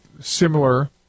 similar